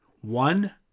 One